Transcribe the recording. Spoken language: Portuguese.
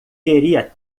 queria